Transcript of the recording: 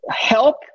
help